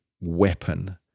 weapon